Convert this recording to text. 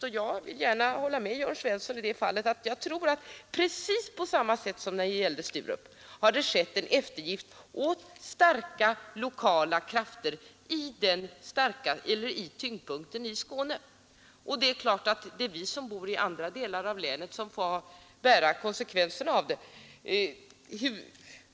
Jag vill i det fallet gärna hålla med Jörn Svensson om att det precis som när det gäller Sturup har skett en eftergift åt starka lokala krafter i Skånes tyngdpunkt. Det är självfallet vi som bor i andra delar av länet som får bära konsekvenserna av det.